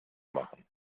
machen